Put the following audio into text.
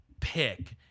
pick